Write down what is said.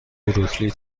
بروکلی